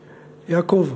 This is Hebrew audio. יעקב,